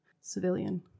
civilian